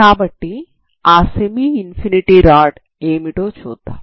కాబట్టి ఆ semi infinity rod ఏమిటో చూద్దాం